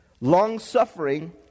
long-suffering